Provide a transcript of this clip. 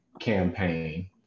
campaign